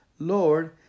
Lord